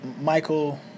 Michael